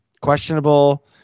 questionable